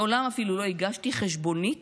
מעולם אפילו לא הגשתי חשבונית